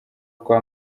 kwa